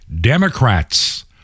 Democrats